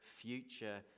future